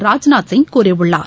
ராஜ்நாத் சிங் கூறியுள்ளார்